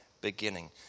beginning